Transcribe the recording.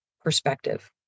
perspective